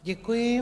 Děkuji.